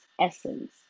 essence